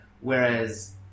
whereas